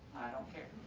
don't care